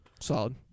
Solid